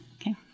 Okay